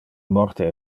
morte